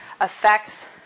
affects